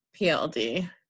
PLD